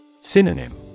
Synonym